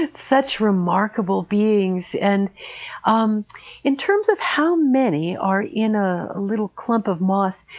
ah such remarkable beings. and um in terms of how many are in a little clump of moss,